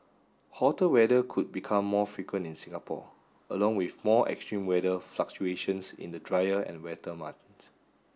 hotter weather could become more frequent in Singapore along with more extreme weather fluctuations in the drier and wetter months